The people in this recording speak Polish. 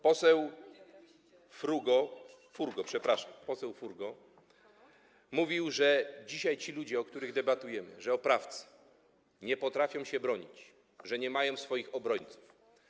Poseł Frugo, przepraszam, Furgo mówił, że dzisiaj ci ludzie, o których debatujemy, ci oprawcy nie potrafią się bronić, że nie mają swoich obrońców.